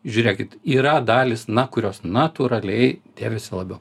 žiūrėkit yra dalys na kurios natūraliai dėvisi labiau